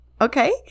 Okay